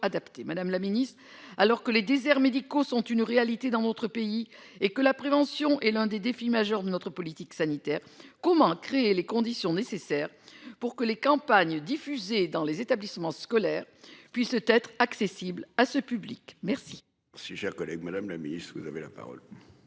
Madame la Ministre alors que les déserts médicaux sont une réalité dans notre pays et que la prévention est l'un des défis majeurs de notre politique sanitaire. Comment créer les conditions nécessaires pour que les campagnes diffusées dans les établissements scolaires, puissent être accessible à ce public. Merci. Si cher collègue Madame la Ministre, vous avez la parole.